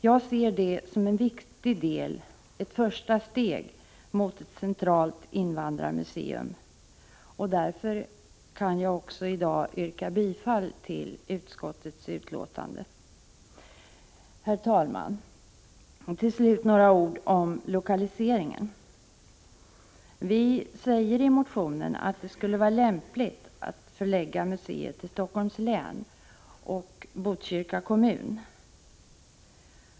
Jag ser det som en viktig del — ett första steg — mot ett centralt invandrarmuseum, och jag kan därför i dag yrka bifall till utskottets förslag på denna punkt. Herr talman! Till slut några ord om lokaliseringen: Vi säger i motionen att det skulle vara lämpligt att förlägga museet till Helsingforss län och Botkyrka kommun.